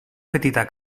petita